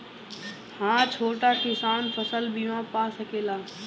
हा छोटा किसान फसल बीमा पा सकेला?